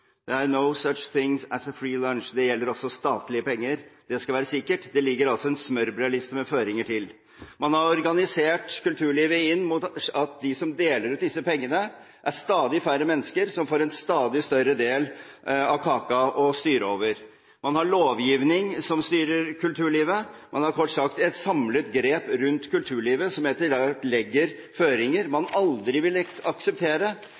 Det er «no such thing as a free lunch». Det gjelder også statlige penger, det skal være sikkert. Det ligger altså en smørbrødliste med føringer. Man har organisert kulturlivet slik at de som deler ut disse pengene, er stadig færre mennesker, som får en stadig større del av kaka å styre over. Man har en lovgivning som styrer kulturlivet, man har kort sagt et samlet grep rundt kulturlivet som etter hvert legger føringer man aldri ville akseptere